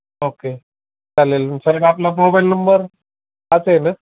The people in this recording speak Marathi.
ओके चालेल सर आपला मोबाईल नंबर हाच आहे ना